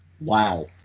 Wow